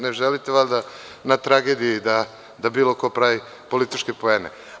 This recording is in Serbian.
Ne želite valjda na tragediji da bilo ko pravi političke poene.